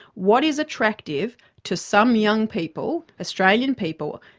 what is attractive to some young people, australian people,